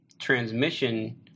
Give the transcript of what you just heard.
transmission